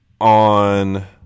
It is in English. on